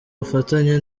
bufatanye